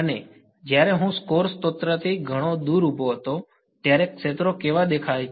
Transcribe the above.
અને જ્યારે હું સ્કોર સ્ત્રોતથી ઘણો દૂર ઊભો છું ત્યારે ક્ષેત્રો કેવા દેખાય છે